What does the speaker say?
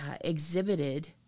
exhibited